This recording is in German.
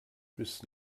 bis